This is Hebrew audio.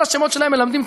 כל השמות שלהם מלמדים,